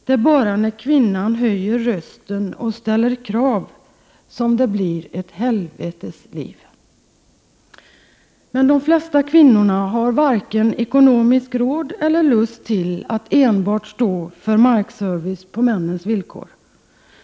Det är bara när kvinnor höjer rösten och ställer krav som det blir ett helvetes liv.” Men de flesta kvinnor har varken råd ekonomiskt eller lust till att enbart stå för markservice på männens villkor.